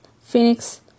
Phoenix